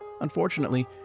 Unfortunately